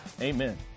amen